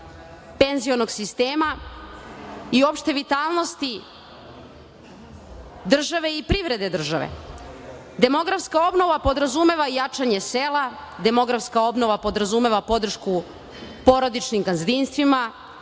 penzionog sistema, i uopšte vitalnosti države i privrede države. Demografska obnova podrazumeva i jačanje sela, demografska obnova podrazumeva podršku porodičnim gazdinstvima.